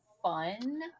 fun